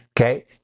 okay